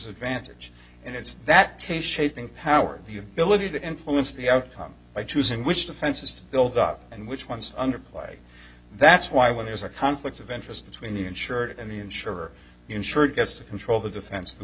advantage and it's that a shaping power of the ability to influence the outcome by choosing which defenses to build up and which ones under play that's why when there is a conflict of interest between the insured and the insurer insured gets to control the defense